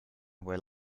were